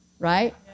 Right